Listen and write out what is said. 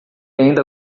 ainda